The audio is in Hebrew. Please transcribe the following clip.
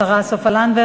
אני מודה לשרה סופה לנדבר.